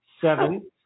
Seven